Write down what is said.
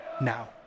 now